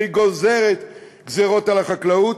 והיא גוזרת גזירות על החקלאות,